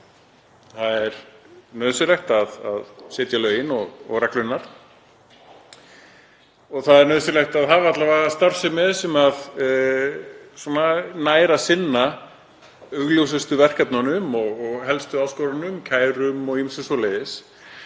Það er nauðsynlegt að setja lögin og reglurnar og það er nauðsynlegt að hafa alla vega starfsemi sem nær að sinna augljósustu verkefnunum og helstu áskorunum; kærum og ýmsu svoleiðis.